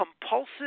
compulsive